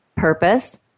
purpose